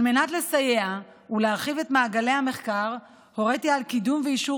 על מנת לסייע ולהרחיב את מעגלי המחקר הוריתי על קידום ואישור